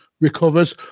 recovers